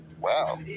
Wow